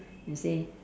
you see